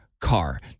car